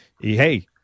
Hey